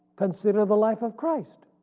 consider the life of christ.